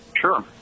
Sure